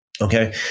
okay